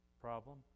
problem